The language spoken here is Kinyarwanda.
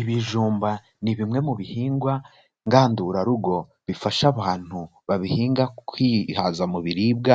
Ibijumba ni bimwe mu bihingwa ngandurarugo bifasha abantu babihinga kwihaza mu biribwa